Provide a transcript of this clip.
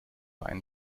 einen